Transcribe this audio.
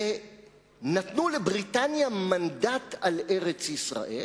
ונתנו לבריטניה מנדט על ארץ-ישראל,